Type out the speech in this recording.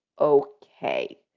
Okay